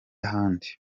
ahandi